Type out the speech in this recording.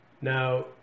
Now